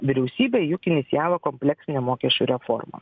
vyriausybė juk inicijavo kompleksinę mokesčių reformą